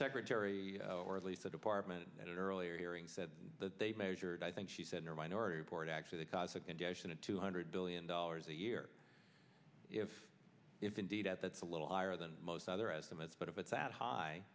secretary or at least the department at an earlier hearing said that they measured i think she said no minority report actually because a condition of two hundred billion dollars a year if if indeed that that's a little higher than most other as a myth but if it's that high